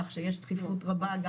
כך שיש דחיפות רבה.